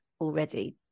already